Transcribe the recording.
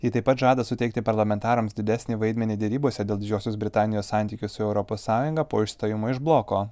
ji taip pat žada suteikti parlamentarams didesnį vaidmenį derybose dėl didžiosios britanijos santykių su europos sąjunga po išstojimo iš bloko